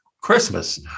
Christmas